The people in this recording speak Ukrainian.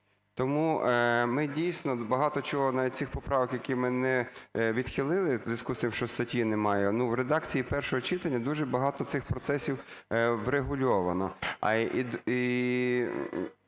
Тому ми дійсно, багато чого навіть ці поправки, які ми не відхилили у зв'язку з тим, що статті немає, но в редакції першого читання дуже багато цих процесів врегульовано.